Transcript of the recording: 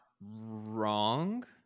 wrong